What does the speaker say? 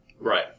Right